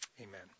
Amen